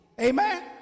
Amen